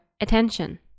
attention